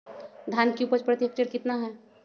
धान की उपज प्रति हेक्टेयर कितना है?